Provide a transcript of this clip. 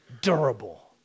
Durable